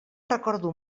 recordo